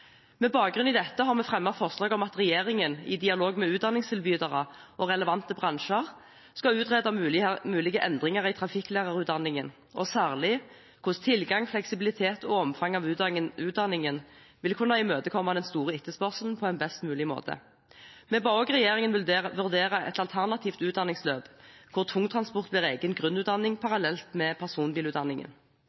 Med bakgrunn i dette har vi fremmet forslag om at regjeringen, i dialog med utdanningstilbydere og relevante bransjer, skal utrede mulige endringer i trafikklærerutdanningen og særlig hvordan tilgang, fleksibilitet og omfang av utdanningen vil kunne imøtekomme den store etterspørselen på en best mulig måte. Vi ba også regjeringen vurdere et alternativt utdanningsløp hvor tungtransport blir egen grunnutdanning parallelt med personbilutdanningen.